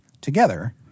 together